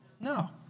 No